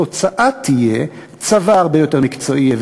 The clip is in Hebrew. התוצאה תהיה צבא הרבה יותר מקצועי,